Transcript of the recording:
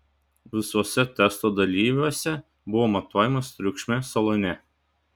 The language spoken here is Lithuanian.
visuose testo dalyviuose buvo matuojamas triukšmas salone